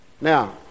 Now